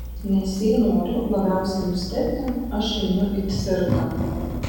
nes jei noriu labiausiai nustebti aš einu į cirką